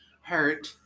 hurt